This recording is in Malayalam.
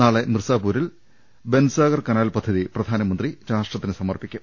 നാളെ മിർസാപൂ രിൽ ബെൻസാഗർ കനാൽ പദ്ധതി പ്രധാനമന്ത്രി രാഷ്ട്രത്തിന് സമർപ്പിക്കും